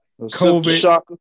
COVID